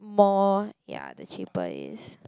more ya the cheaper is